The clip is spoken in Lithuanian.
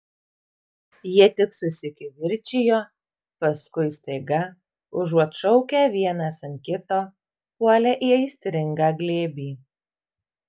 jie tik susikivirčijo paskui staiga užuot šaukę vienas ant kito puolė į aistringą glėbį